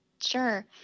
Sure